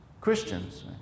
Christians